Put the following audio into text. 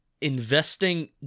investing